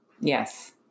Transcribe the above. yes